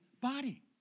body